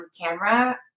camera